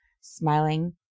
Smiling